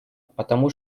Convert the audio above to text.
потому